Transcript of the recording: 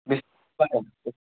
बेसेबां